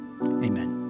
Amen